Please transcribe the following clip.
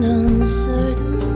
uncertain